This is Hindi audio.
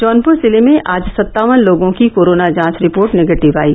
जौनपुर जिले में आज सत्तावन लोगों की कोरोना जांच रिपोर्ट निगेटिव आयी